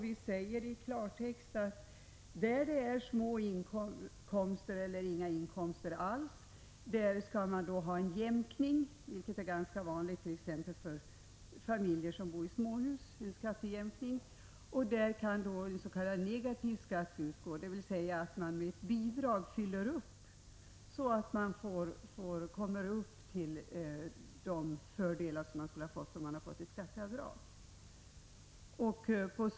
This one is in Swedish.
Vi säger i klartext att man i de fall där det är fråga om små inkomster eller inga inkomster alls skall ha en jämkning, vilket är ganska vanligt, t.ex. skattejämkningen för familjer som bor i småhus. En s.k. negativ skatt kan utgå, dvs. man fyller upp med bidrag så att mottagaren kommer i åtnjutande av de fördelar man annars skulle ha fått genom skatteavdrag.